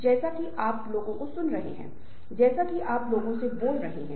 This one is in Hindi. कुछ निश्चित अवधारणाओं का होना महत्वपूर्ण है जिनके साथ संवाद करना है